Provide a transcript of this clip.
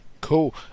Cool